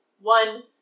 one